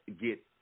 get